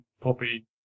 poppy